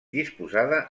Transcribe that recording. disposada